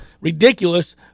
Ridiculous